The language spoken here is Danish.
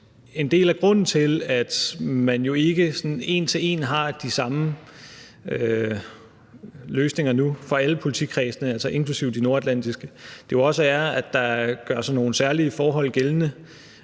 en del af grunden til, at man ikke sådan en til en har de samme løsninger nu for alle politikredsene, altså inklusive de nordatlantiske, jo også er, at der gør sig nogle særlige forhold gældende